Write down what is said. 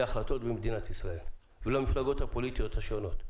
ההחלטות במדינת ישראל ולמפלגות הפוליטיות השונות.